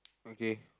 okay